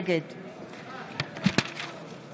נגד